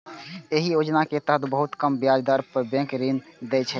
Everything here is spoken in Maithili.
एहि योजना के तहत बहुत कम ब्याज दर पर बैंक ऋण दै छै